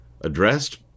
addressed